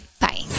Bye